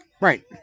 Right